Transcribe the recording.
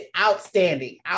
outstanding